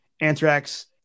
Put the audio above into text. anthrax